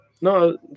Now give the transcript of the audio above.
No